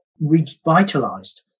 revitalized